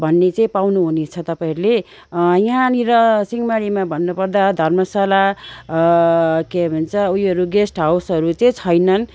भन्ने चाहिँ पाउनुहुनेछ तपैहरले यहाँनिर सिंहमारीमा भन्नुपर्दा धर्मशाला के भन्छ उयोहरू गेस्ट हाउसहरू चाहिँ छैनन्